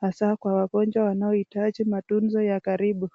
Hasa kwa wagonjwa wanaoitaji matunzo ya karibu.